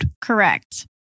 Correct